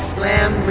Slam